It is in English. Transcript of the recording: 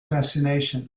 fascination